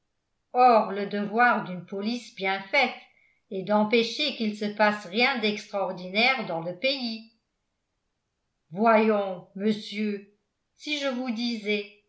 or le devoir d'une police bien faite est d'empêcher qu'il se passe rien d'extraordinaire dans le pays voyons monsieur si je vous disais